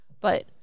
But-